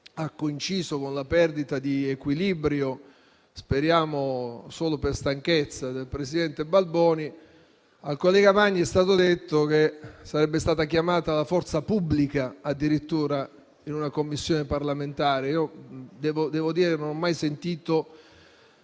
ha coinciso con una perdita di equilibrio, speriamo solo per stanchezza, del presidente Balboni, è stato detto che sarebbe stata chiamata la forza pubblica, addirittura, in una Commissione parlamentare. Devo dire di non aver mai sentito